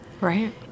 Right